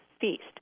feast